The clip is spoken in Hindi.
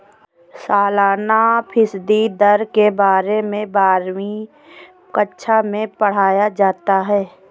सालाना फ़ीसदी दर के बारे में बारहवीं कक्षा मैं पढ़ाया जाता है